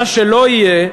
מה שלא יהיה,